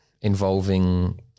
involving